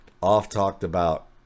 off-talked-about